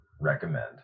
recommend